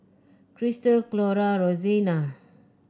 Christal Clora Roseanna